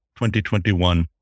2021